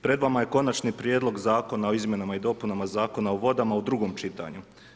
Pred vama je Konačni prijedlog Zakona o izmjenama i dopunama Zakona o vodama u drugom čitanju.